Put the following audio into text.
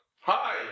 Hi